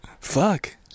fuck